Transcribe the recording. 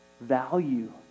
value